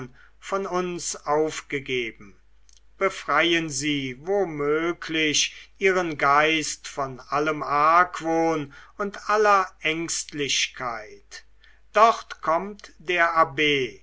von uns aufgegeben befreien sie womöglich ihren geist von allem argwohn und aller ängstlichkeit dort kommt der abb